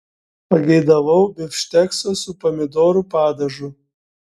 pageidavau bifštekso su pomidorų padažu